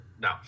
no